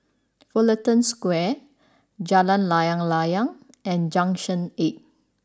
Fullerton Square Jalan Layang Layang and Junction Eight